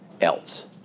else